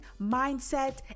mindset